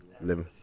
living